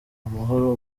amahoro